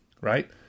right